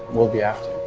we'll be after